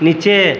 নীচে